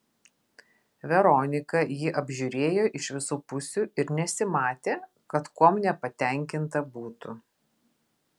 veronika jį apžiūrėjo iš visų pusių ir nesimatė kad kuom nepatenkinta būtų